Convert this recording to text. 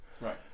Right